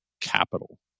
capital